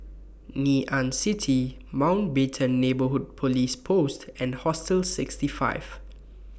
Ngee Ann City Mountbatten Neighbourhood Police Post and Hostel sixty five